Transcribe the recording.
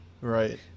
right